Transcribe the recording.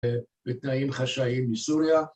בתנאים חשאים מסוריה